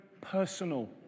personal